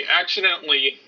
accidentally